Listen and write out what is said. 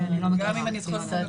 גם אני זוכרת נכון,